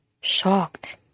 shocked